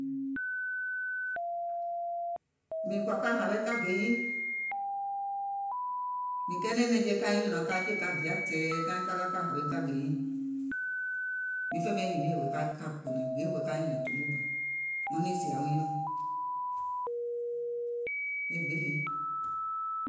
Mìŋ kɔ̀à ka hawe ka gè nyiiŋ, mìŋ kɛɛnɛ̀ŋ ka nyùnàŋ ka jè ka dià tɛ̀ɛ̀ kaìŋ ka ka ka hawe ka gè nyiiŋ. Miŋ fè bɛìŋ hinie wèè ka nyɛ̀nɛ̀ŋ gbiŋ wèè ka nyɛ̀nɛ̀ŋ tòmo bà, e gbiŋ lii.